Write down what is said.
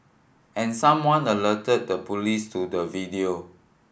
and someone alerted the police to the video